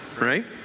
Right